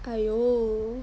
!aiyo!